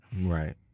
Right